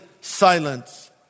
silence